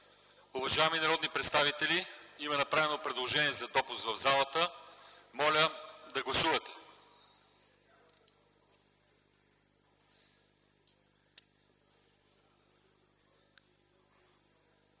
Уважаеми народни представители, има направено предложение за допуск в залата. Моля, гласувайте.